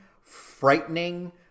frightening